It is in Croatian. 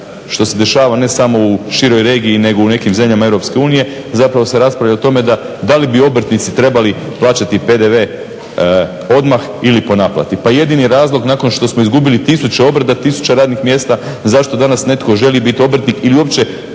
što se dešava ne samo u široj regiji, nego i u nekim zemljama EU zapravo se raspravlja o tome da li bi obrtnici trebali plaćati PDV odmah ili po naplati. Pa jedini razlog nakon što smo izgubili tisuće obrta, tisuće radnih mjesta zašto danas netko želi biti obrtnik ili uopće